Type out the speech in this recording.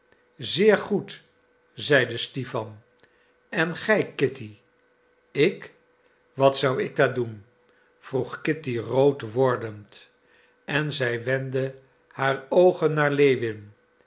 zeer goed zeide stipan en gij kitty ik wat zou ik daar doen vroeg kitty rood wordend en zij wendde haar oogen naar lewin